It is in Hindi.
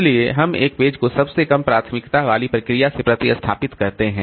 इसलिए हम एक पेज को सबसे कम प्राथमिकता वाली प्रक्रिया से प्रतिस्थापित करते हैं